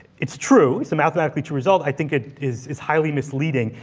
it's true. it's a mathematically true result. i think it is is highly misleading,